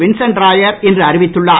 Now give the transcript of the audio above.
Vincent Rayar இன்று அறிவித்துள்ளார்